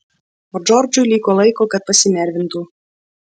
o džordžui liko laiko kad pasinervintų